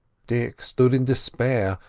dick stood in despair,